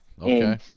Okay